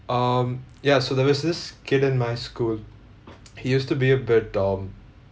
um ya so there was this kid in my school he used to be a bit um